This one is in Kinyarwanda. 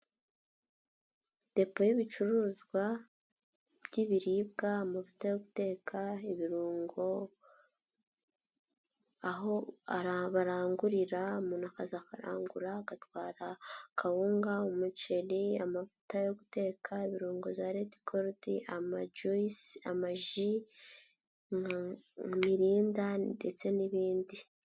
Depo y'ibicuruzwa by'ibiribwa mu byo guteka ibirungo, aho barangurira umuntu akarangura agatwara kawunga, umuceri, amavuta yo guteka, ibirungo za redigoludi, amajuise, amaji milinda ndetse n'ibindi.